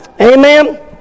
Amen